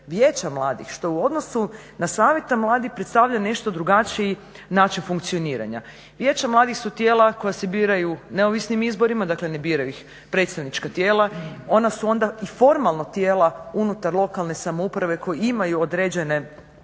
vijeća mladih što u odnosu na savjete mladih predstavlja nešto drugačiji način funkcioniranja. Vijeća mladih su tijela koja se biraju neovisnim izborima dakle ne biraju ih predstavnička tijela, ona su onda i formalno tijela unutar lokalne samouprave koji imaju određene